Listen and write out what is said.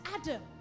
Adam